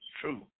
true